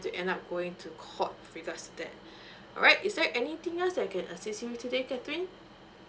end up going to court with regard to that alright is there anything else that I can assist you with today catherine